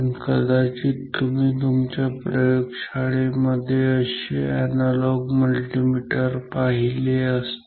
पण कदाचित तुम्ही तुमच्या प्रयोगशाळेमध्ये असे अॅनालॉग मल्टीमीटर पाहिले असतील